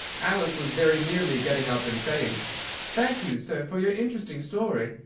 alice was very nearly getting up and saying thank you, sir, for your interesting story,